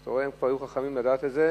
אז אתה רואה, הם כבר היו חכמים לדעת את זה.